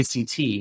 ACT